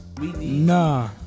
Nah